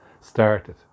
started